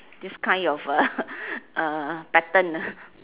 this kind of a a pattern